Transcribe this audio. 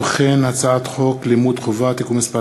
הצעת חוק לימוד חובה (תיקון מס'